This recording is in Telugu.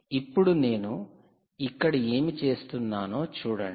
ఇప్పుడు నేను ఇక్కడ ఏమి చేస్తున్నానో చూడండి